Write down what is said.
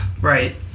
Right